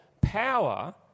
power